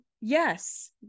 yes